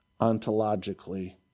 ontologically